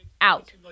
out